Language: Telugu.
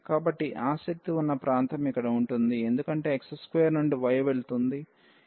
కాబట్టి ఆసక్తి ఉన్న ప్రాంతం ఇక్కడ ఉంటుంది ఎందుకంటే x2 నుండి y వెళుతుంది కాబట్టి ఈ పారాబోలా 2 x